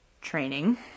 training